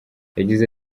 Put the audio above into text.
yagize